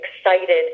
excited